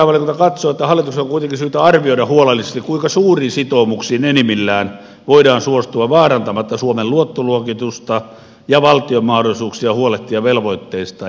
valtiovarainvaliokunta katsoo että hallituksen on kuitenkin syytä arvioida huolellisesti kuinka suuriin sitoumuksiin enimmillään voidaan suostua vaarantamatta suomen luottoluokitusta ja valtion mahdollisuuksia huolehtia velvoitteistaan ja vastuistaan